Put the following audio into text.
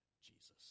Jesus